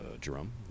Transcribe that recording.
Jerome